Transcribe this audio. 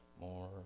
more